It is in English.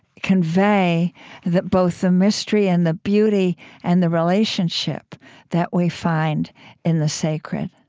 convey that, both the mystery and the beauty and the relationship that we find in the sacred.